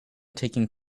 taking